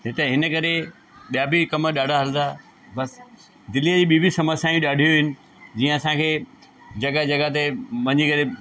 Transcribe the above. हिते हिन करे ॿिया बि कम ॾाढा हलंदा बसि दिल्लीअ जी ॿी बि समस्याऊं ॾाढियूं आहिनि जीअं असांखे जॻह जॻह ते वञी करे